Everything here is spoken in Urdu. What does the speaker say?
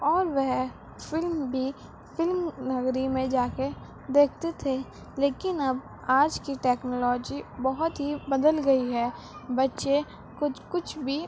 اور وہ فلم بھی فلم نگری میں جا کے دیکھتے تھے لیکن اب آج کی ٹیکنالوجی بہت ہی بدل گئی ہے بچے کچھ کچھ بھی